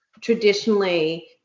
traditionally